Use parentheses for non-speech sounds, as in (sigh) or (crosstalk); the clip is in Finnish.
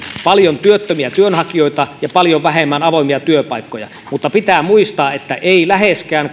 paljon työttömiä työnhakijoita ja paljon vähemmän avoimia työpaikkoja mutta pitää muistaa että ei läheskään (unintelligible)